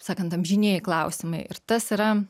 sakant amžinieji klausimai ir tas yra